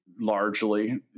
largely